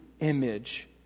image